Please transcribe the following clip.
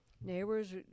Neighbors